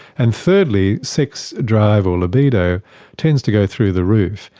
and thirdly, sex drive or libido tends to go through the roof.